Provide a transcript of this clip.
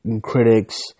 critics